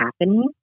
happening